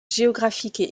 géographiques